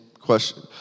question